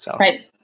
Right